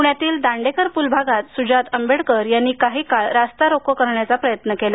पुण्यातील दांडेकर पूल भागात सुजात आंबेडकर यांनी काही काळ रस्ता रोको करण्याचा प्रयत्न केला